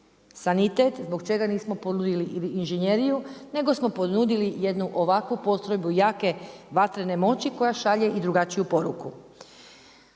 sanitet, zbog čega nismo ponudili inženjeriju nego smo ponudili jednu ovakvu postrojbu jake vatrene moći koja šalje i drugačiju poruku.